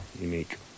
unique